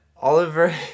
Oliver